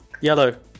Yellow